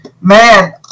Man